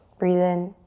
breathe in,